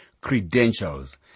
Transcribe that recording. credentials